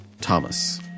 Thomas